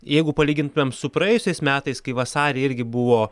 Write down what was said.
jeigu palygintumėm su praėjusiais metais kai vasarį irgi buvo